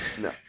No